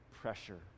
pressure